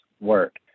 work